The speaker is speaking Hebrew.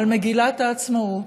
על מגילת העצמאות.